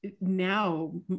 now